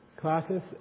classes